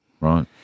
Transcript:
Right